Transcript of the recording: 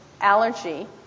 allergy